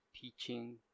teaching